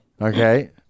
Okay